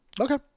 Okay